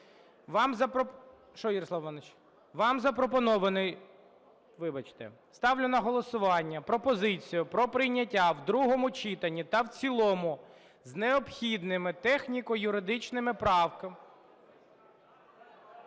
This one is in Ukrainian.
Вам запропонований… Вибачте, ставлю на голосування пропозицію про прийняття в другому читанні та в цілому з необхідними техніко-юридичними правками…